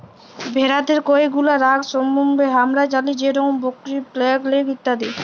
ভেরাদের কয়ে গুলা রগ সম্বন্ধে হামরা জালি যেরম ব্র্যাক্সি, ব্ল্যাক লেগ ইত্যাদি